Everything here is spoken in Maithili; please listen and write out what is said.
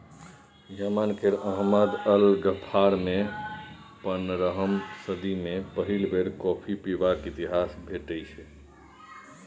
यमन केर अहमद अल गफ्फारमे पनरहम सदी मे पहिल बेर कॉफी पीबाक इतिहास भेटै छै